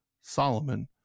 Solomon